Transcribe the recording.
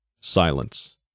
Silence